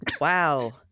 Wow